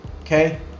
okay